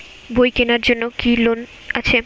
বই কেনার জন্য কি কোন লোন আছে?